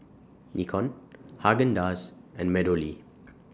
Nikon Haagen Dazs and Meadowlea